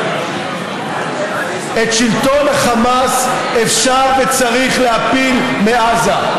את שלטון החמאס אפשר וצריך להפיל בעזה.